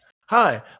hi